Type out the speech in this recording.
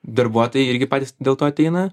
darbuotojai irgi patys dėl to ateina